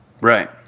Right